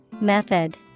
Method